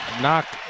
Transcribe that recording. knock